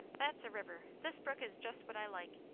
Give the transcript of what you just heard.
that's a river this brook is just what i like.